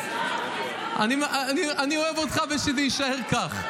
--- אני אוהב אותך, ושזה יישאר כך.